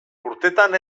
urtetan